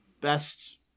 best